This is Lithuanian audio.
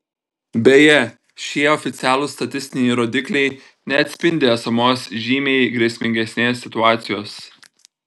beje šie oficialūs statistiniai rodikliai neatspindi esamos žymiai grėsmingesnės situacijos